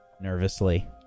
nervously